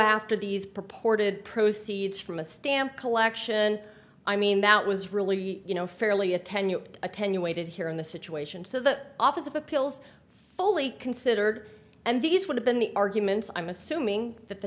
to these purported proceeds from a stamp collection i mean that was really you know fairly attenuated attenuated here in the situation so the office of appeals fully considered and these would have been the arguments i'm assuming that the